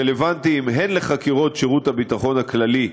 הם רלוונטיים לחקירות שירות הביטחון הכללי,